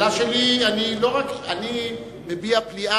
אני מביע פליאה,